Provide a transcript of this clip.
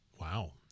Wow